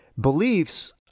beliefs